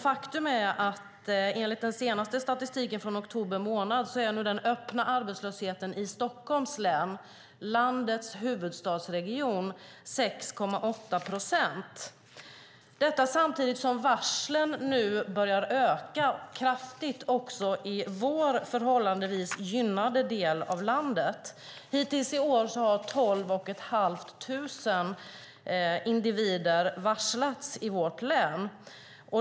Faktum är att enligt den senaste statistiken från oktober månad är den öppna arbetslösheten i Stockholms län, landets huvudstadsregion, 6,8 procent - detta samtidigt som varslen nu börjar öka kraftigt också i vår förhållandevis gynnade del av landet. Hittills i år har 12 500 individer varslats i vårt län.